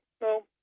no